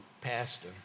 Pastor